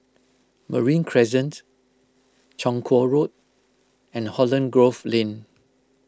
Marine Crescent Chong Kuo Road and Holland Grove Lane